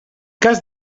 cas